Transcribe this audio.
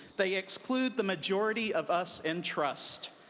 they exclude the majority of us in trust.